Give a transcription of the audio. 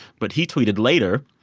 but he tweeted later,